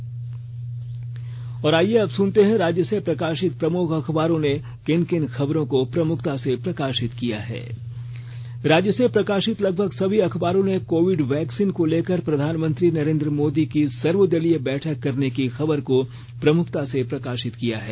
अखबारों की सुर्खियां और आईये अब सुनते हैं राज्य से प्रकाशित प्रमुख अखबारों ने किन किन खबरों को प्रमुखता से प्रकाशित किया है राज्य से प्रकाशित लगभग सभी अखबारों ने कोविड वैक्सीन को लेकर प्रधानमंत्री नरेंद्र मोदी की सर्वदलीय बैठक करने की खबर को प्रमुखता से प्रकाशित किया है